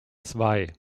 zwei